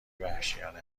وحشیانه